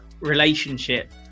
relationship